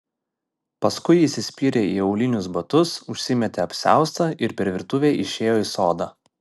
paskui įsispyrė į aulinius batus užsimetė apsiaustą ir per virtuvę išėjo į sodą